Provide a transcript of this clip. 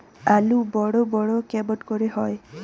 আলু বড় বড় কেমন করে হয়?